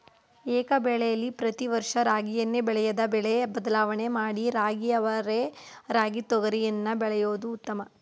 ಏಕಬೆಳೆಲಿ ಪ್ರತಿ ವರ್ಷ ರಾಗಿಯನ್ನೇ ಬೆಳೆಯದೆ ಬೆಳೆ ಬದಲಾವಣೆ ಮಾಡಿ ರಾಗಿ ಅವರೆ ರಾಗಿ ತೊಗರಿಯನ್ನು ಬೆಳೆಯೋದು ಉತ್ತಮ